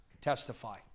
testify